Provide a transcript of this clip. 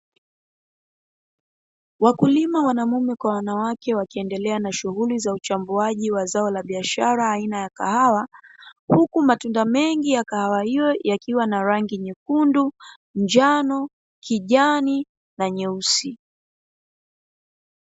Wakulima wanamume kwa wanawake wakiendelea na shughuli za uchambuaji wa zao la biashara aina ya kahawa, huku matunda mengi ya kahawa hiyo ya kahawa yakiwa na rangi nyekundu, njano, kijani na nyeusi.